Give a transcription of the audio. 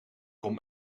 komt